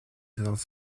dans